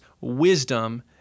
wisdom